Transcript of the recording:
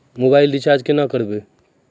Mobile recharge केना करबै?